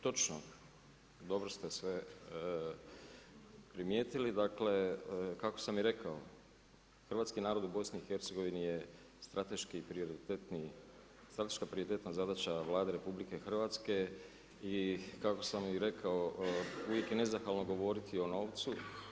Točno, dobro ste sve primijetili, dakle kako sam i rekao, hrvatski narod u BIH je strateška prioritetna zadaća Vlade RH i kako sam i rekao, uvijek je nezahvalno govoriti o novcu.